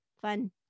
fun